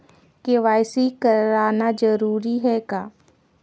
KYC कराना जरूरी है का?